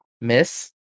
miss